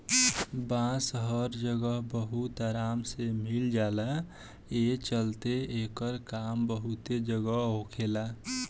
बांस हर जगह बहुत आराम से मिल जाला, ए चलते एकर काम बहुते जगह होखेला